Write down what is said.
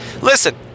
Listen